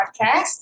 Podcast